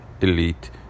elite